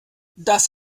das